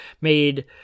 made